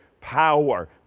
power